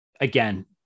again